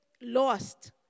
lost